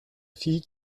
fille